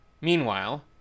Meanwhile